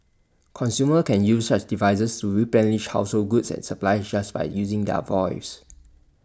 consumers can use such devices to replenish household goods and supplies just by using their voice